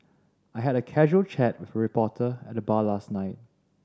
I had a casual chat with a reporter at the bar last night